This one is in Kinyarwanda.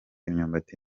imyumbati